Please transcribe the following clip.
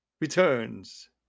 returns